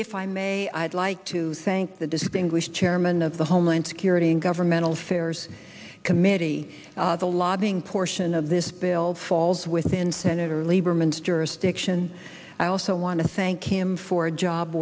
if i may i'd like to thank the distinguished chairman of the homeland security and governmental affairs miti the lobbying portion of this build falls within senator lieberman's jurisdiction i also want to thank him for a job